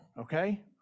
Okay